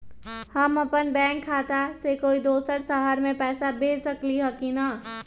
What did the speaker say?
हम अपन बैंक खाता से कोई दोसर शहर में पैसा भेज सकली ह की न?